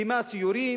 קיימה סיורים,